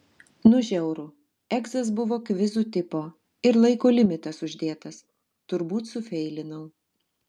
nu žiauru egzas buvo kvizų tipo ir laiko limitas uždėtas turbūt sufeilinau